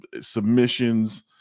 submissions